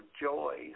joy